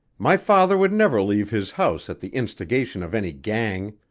my father would never leave his house at the instigation of any gang.